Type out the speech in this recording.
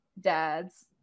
dads